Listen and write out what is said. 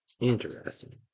Interesting